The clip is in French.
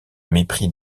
mépris